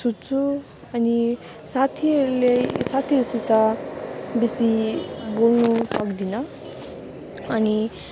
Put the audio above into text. छुच्चो अनि साथीहरूले साथीहरूसित बेसी बोल्नु सक्दिनँ अनि